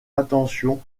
attention